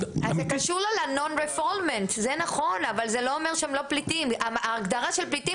אז זה קשור ל-non-refoulement, (בתרגום חופשי